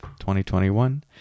2021